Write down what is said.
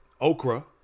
Okra